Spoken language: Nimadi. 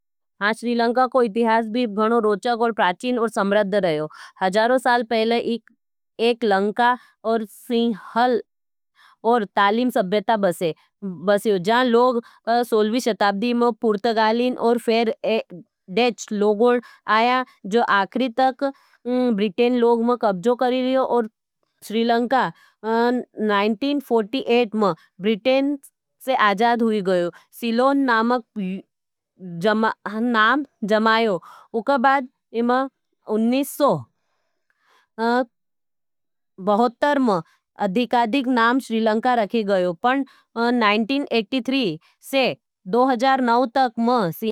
श्रीलंका को इतिहास भी घणो रोचक और प्राचीन और समृद्ध रहयो। हजारों साल पहले एक लंका और सिंहल और तालिम सभयता बसे। फिर सौलहवी शताब्दी में पूर्तगालीं और एक डेच लोगोड आया जो आखरी तक बृतेन लोग में कब्जा कर लियो। और श्रीलंका नाइन्टीन फॉर्टी ऐट में ब्रिटेन से आजाद हुई गयो। सिलोन नाम नाम जमायो। उका बाद उन्नीस सौ बहत्तर में आधिकारिक नाम श्रीलंका रखी गयो। पूर्टगालीन और एक डेच लोगोड आया जो आखरी तक बृतेन लोग में कभ्जो करी रही हो। पण नाइन्टीन ऐटी थ्री से दो हजार नो तक।